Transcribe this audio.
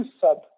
sub